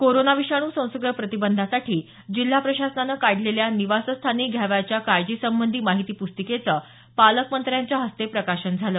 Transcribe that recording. corona विषाणू संसर्ग प्रतिबंधासाठी जिल्हा प्रशासनानं काढलेल्या निवासस्थानी घ्यावयाच्या काळजी संबंधी माहिती प्रस्तिकेच पालकमंत्र्यांच्या हस्ते यावेळी प्रकाशन करण्यात आलं